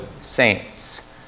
saints